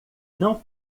não